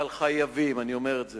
אבל חייבים, אני אומר את זה